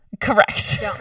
Correct